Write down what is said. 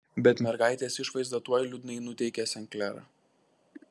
bet mergaitės išvaizda tuoj liūdnai nuteikė sen klerą